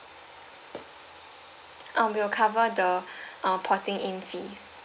uh we will cover the uh porting in fees